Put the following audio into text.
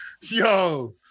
Yo